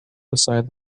beside